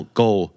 goal